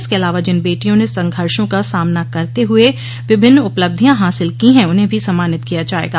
इसके अलावा जिन बेटियों ने संघर्षो का सामना करते हुए विभिन्न उपलब्धियां हासिल की हैं उन्हें भी सम्मानित किया जाएगा